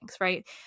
right